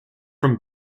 from